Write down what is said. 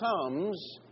comes